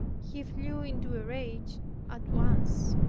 he flew into a rage at once.